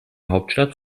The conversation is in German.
hauptstadt